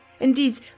Indeed